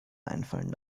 einfallen